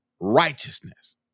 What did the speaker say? Righteousness